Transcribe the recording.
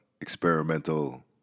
experimental